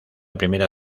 primera